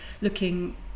looking